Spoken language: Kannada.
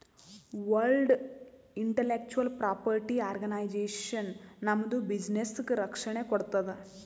ವರ್ಲ್ಡ್ ಇಂಟಲೆಕ್ಚುವಲ್ ಪ್ರಾಪರ್ಟಿ ಆರ್ಗನೈಜೇಷನ್ ನಮ್ದು ಬಿಸಿನ್ನೆಸ್ಗ ರಕ್ಷಣೆ ಕೋಡ್ತುದ್